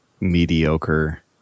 mediocre